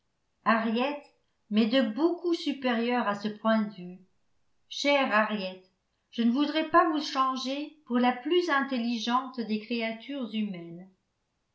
henriette m'est de beaucoup supérieure à ce point de vue chère henriette je ne voudrais pas vous changer pour la plus intelligente des créatures humaines